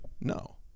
No